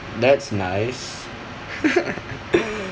that's nice